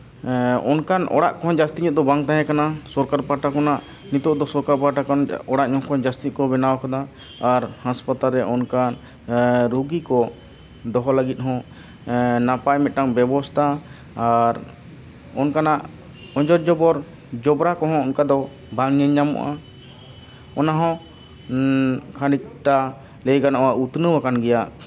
ᱚᱱᱠᱟᱱ ᱚᱲᱟᱜ ᱠᱚᱦᱚᱸ ᱡᱟᱹᱥᱛᱤ ᱧᱚᱜ ᱫᱚ ᱵᱟᱝ ᱛᱟᱦᱮᱸ ᱠᱟᱱᱟ ᱥᱚᱨᱠᱟᱨ ᱯᱟᱦᱴᱟ ᱠᱷᱚᱱᱟᱜ ᱱᱤᱛᱚᱜ ᱫᱚ ᱥᱚᱨᱠᱟᱨ ᱯᱟᱦᱴᱟ ᱠᱷᱚᱱ ᱚᱲᱟᱜ ᱧᱚᱜ ᱠᱷᱚᱱ ᱡᱟᱹᱥᱛᱤ ᱠᱚ ᱵᱮᱱᱟᱣ ᱠᱟᱫᱟ ᱟᱨ ᱦᱟᱥᱯᱟᱛᱟᱞ ᱨᱮ ᱚᱱᱠᱟ ᱨᱩᱜᱤ ᱠᱚ ᱫᱚᱦᱚ ᱞᱟᱹᱜᱤᱫ ᱦᱚᱸ ᱱᱟᱯᱟᱭ ᱢᱤᱫᱴᱟᱱ ᱵᱮᱵᱚᱥᱛᱷᱟ ᱟᱨ ᱚᱱᱠᱟᱱᱟᱜ ᱚᱧᱡᱚᱨ ᱡᱚᱯᱚᱨ ᱡᱚᱵᱽᱨᱟ ᱠᱚᱦᱚᱸ ᱚᱱᱠᱟ ᱫᱚ ᱵᱟᱝ ᱧᱮᱧᱟᱢᱚᱜᱼᱟ ᱚᱱᱟᱦᱚᱸ ᱠᱷᱟᱹᱱᱤᱠᱴᱟ ᱞᱟᱹᱭ ᱜᱟᱱᱚᱜᱼᱟ ᱩᱛᱱᱟᱹᱣ ᱟᱠᱟᱱ ᱜᱮᱭᱟ